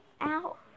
out